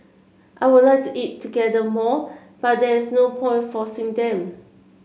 I would like to eat together more but there is no point forcing them